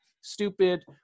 stupid